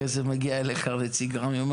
אחרי זה מגיע אליך נציג רמ"י ואומר